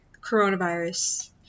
coronavirus